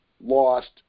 lost